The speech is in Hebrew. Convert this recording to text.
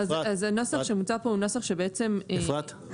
ואם הוא עובד פעם אחת עם משחטה אחת ופעם אחת עם משחטה אחרת?